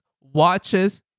watches